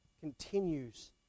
continues